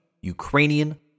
Ukrainian